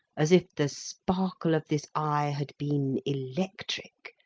as if the sparkle of this eye had been electric,